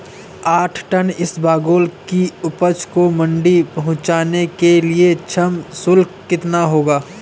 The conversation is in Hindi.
आठ टन इसबगोल की उपज को मंडी पहुंचाने के लिए श्रम शुल्क कितना होगा?